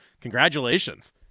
Congratulations